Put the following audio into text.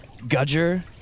Gudger